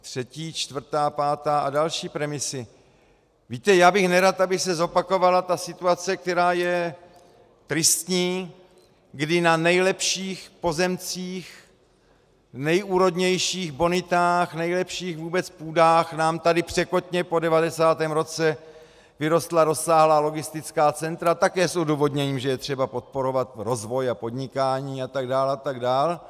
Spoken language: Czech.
Třetí, čtvrtá, pátá a další premisy víte, já bych nerad, aby se zopakovala ta situace, která je tristní, kdy na nejlepších pozemcích, nejúrodnějších bonitách, vůbec nejlepších půdách nám tady překotně po devadesátém roce vyrostla rozsáhlá logistická centra, také s odůvodněním, že je třeba podporovat rozvoj, podnikání, a tak dál, a tak dál.